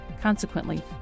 Consequently